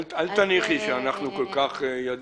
לא, אל תניחי שאנחנו כל כך ידענים.